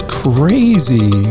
crazy